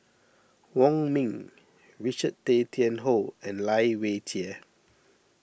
Wong Ming Richard Tay Tian Hoe and Lai Weijie